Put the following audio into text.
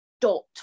dot